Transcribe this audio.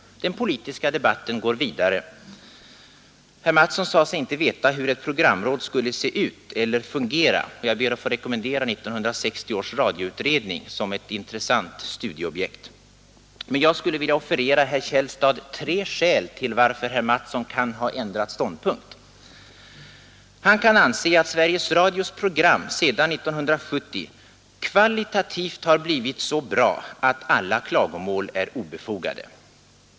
Den politiska debatten går vidare. Herr Mattsson sade sig inte veta hur ett programråd skulle se ut eller fungera, och jag ber då att få rekommendera 1960 års radioutredning som ett intressant studieobjekt. Men jag skulle vilja offerera herr Källstad tre skäl till att herr Mattsson kan ha ändrat ståndpunkt. Han kan anse att Sveriges Radios program sedan 1970 kvalitativt har blivit så bra att alla klagomål är obefogade.